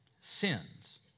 Sins